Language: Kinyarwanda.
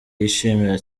yishimira